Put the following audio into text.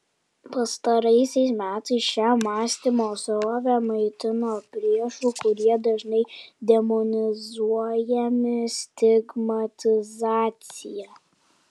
pastaraisiais metais šią mąstymo srovę maitino priešų kurie dažnai demonizuojami stigmatizacija